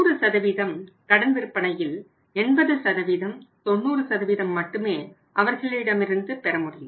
100 கடன் விற்பனையில் 80 90 மட்டுமே அவர்களிடமிருந்து பெற முடியும்